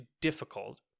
difficult